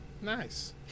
Nice